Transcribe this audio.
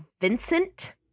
Vincent